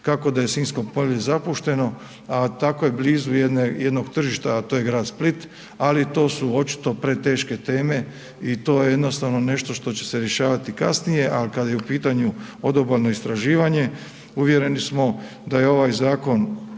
kako da je Sinjsko polje zapušteno a tako je blizu jednog tržišta a to je grad Split ali to su očito preteške teme i to je jednostavno nešto što će se rješavati kasnije a kad je u pitanju odobalno istraživanje, uvjereni smo da je ovaj zakon